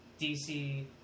DC